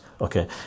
okay